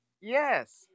Yes